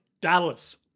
Dallas